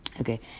Okay